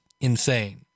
insane